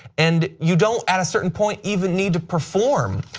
and you don't at a certain point even need to perform.